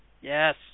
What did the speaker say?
Yes